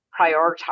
prioritize